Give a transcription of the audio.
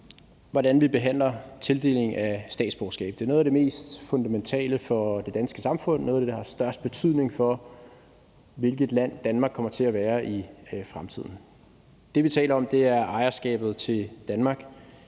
hvordan vi behandler tildeling af statsborgerskab. Det er noget af det mest fundamentale for det danske samfund, noget af det, der har størst betydning for, hvilket land Danmark kommer til at være i fremtiden. Det, vi taler om, er ejerskabet til Danmark,